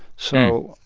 so,